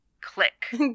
Click